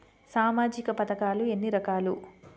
సామాజిక పథకాలు ఎన్ని రకాలు?